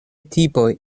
tipoj